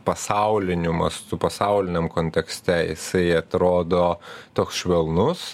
pasauliniu mastu pasauliniam kontekste jisai atrodo toks švelnus